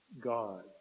God